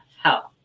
health